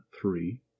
three